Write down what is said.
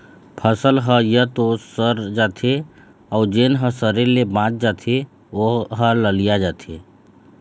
फसल ह य तो सर जाथे अउ जेन ह सरे ले बाच जाथे ओ ह ललिया जाथे